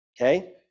Okay